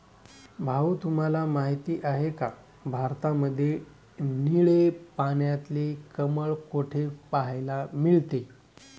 भाऊ तुम्हाला माहिती आहे का, भारतामध्ये निळे पाण्यातले कमळ कुठे पाहायला मिळते?